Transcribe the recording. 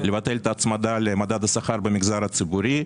לבטל את ההצמדה למדד השכר למגזר הציבורי.